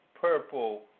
purple